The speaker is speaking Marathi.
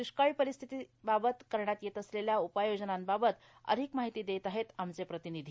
द्वष्काळी परिस्थितीबाबत करण्यात येत असलेल्या उपाययोजनाबाबत अधिक माहिती देत आहे आमचे प्रतिनिधी